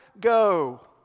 Go